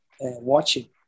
watching